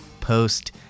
post